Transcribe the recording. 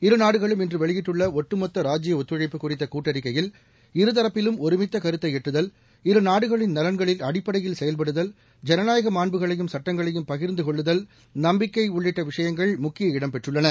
இரு நாடுகளும் இன்று வெளியிட்டுள்ள ஒட்டுமொத்த ராஜ்ய ஒத்துழைப்பு குறித்த கூட்டறிக்கையில் இரு தரப்பிலும் ஒருமித்த கருத்தை எட்டுதல் இரு நாடுகளின் நலன்களின் அடிப்படையில் செயல்படுதல் ஜனநாயக மாண்புகளையும் சட்டங்களையும் பகிர்ந்து கொள்ளுதல் நம்பிக்கை உள்ளிட்ட விஷயங்கள் முக்கிய இடம் பெற்றுள்ளன